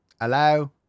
Hello